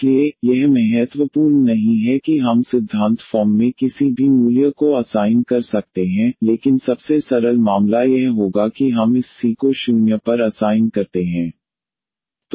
इसलिए यह महत्वपूर्ण नहीं है कि हम सिद्धांत फॉर्म में किसी भी मूल्य को असाइन कर सकते हैं लेकिन सबसे सरल मामला यह होगा कि हम इस सी को 0 पर असाइन करते हैं